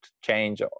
change